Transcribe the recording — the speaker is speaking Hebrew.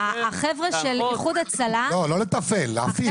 החבר'ה של איחוד הצלה -- לא לתפעל, להפעיל.